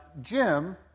Jim